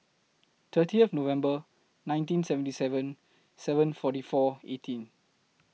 thirtieth November nineteen seventy seven seven forty four eighteen